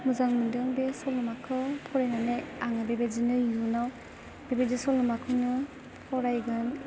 मोजां मोन्दों बे सल'माखौ फरायनानै आङो बे बायदिनो इयुनाव बे बायदि सल'माखौनो फरायगोन